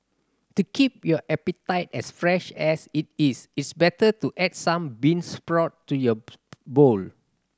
to keep your appetite as fresh as it is it's better to add some bean sprout to your bowl